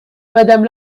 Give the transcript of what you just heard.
madame